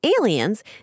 aliens